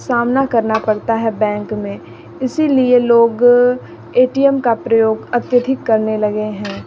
सामना करना पड़ता है बैंक में इसीलिए लोग ए टी एम का प्रयोग अत्यधिक करने लगे हैं